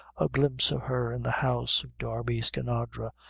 a glimpse of her in the house of darby skinadre,